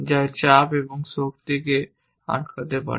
যা চাপ এবং শক্তিকে আটকাতে পারে